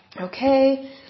Okay